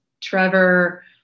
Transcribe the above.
Trevor